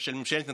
של ממשלת נתניהו,